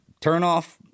turnoff